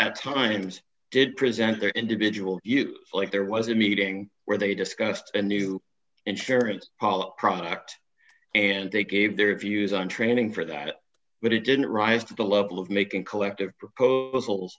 at times did present their individual like there was a meeting where they discussed a new insurance policy product and they gave their views on training for that but it didn't rise to the level of making collective proposals